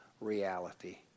reality